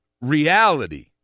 reality